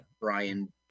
Brian